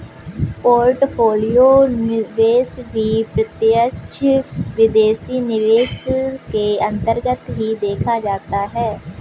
portfolio निवेश भी प्रत्यक्ष विदेशी निवेश के अन्तर्गत ही देखा जाता है